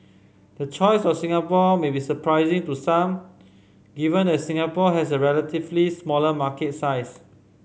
the choice of Singapore may be surprising to some given that Singapore has a relatively smaller market size